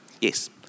yes